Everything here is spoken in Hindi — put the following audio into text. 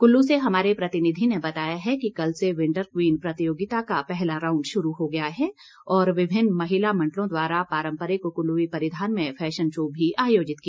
कुल्लू से हमारे प्रतिनिधि ने बताया है कि कल से विंटर क्वीन प्रतियोगिता का पहला राउंड भी शुरू हो गया है और विभिन्न महिला मंडलों द्वारा पारंपरिक कुल्लूवी परिधान में फैशन शो भी आयोजित किया